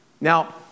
Now